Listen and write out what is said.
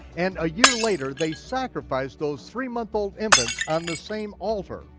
and a year later they sacrificed those three month old infants on the same altar,